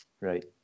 Right